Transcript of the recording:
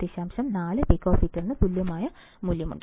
4 പിക്കോഫറാഡിന് തുല്യമായ മൂല്യമുണ്ട്